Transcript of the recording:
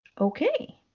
Okay